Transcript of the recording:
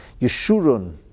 Yeshurun